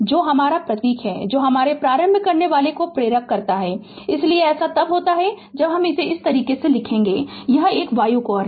तो हमरा प्रतीक है जो हमारे प्रारंभ करने वाला को प्रेरक कहते हैं इसलिए ऐसा तब होता है जब इस तरह लिखते हैं यह वायु कोर है